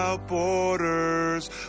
Borders